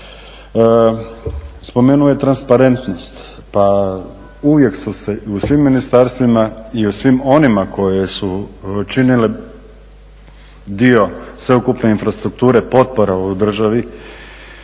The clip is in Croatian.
Spomenuo je transparentnost. Pa uvijek su se u svim ministarstvima i u svim onima koje su činile dio sveukupne infrastrukture potpora u državi